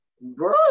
bro